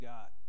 God